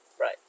right